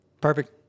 Perfect